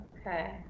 Okay